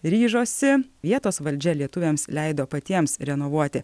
ryžosi vietos valdžia lietuviams leido patiems renovuoti